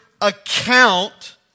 account